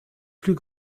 plus